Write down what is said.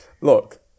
Look